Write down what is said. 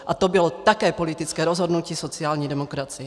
A to bylo také politické rozhodnutí sociální demokracie.